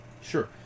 sure